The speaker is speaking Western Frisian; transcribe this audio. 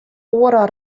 oare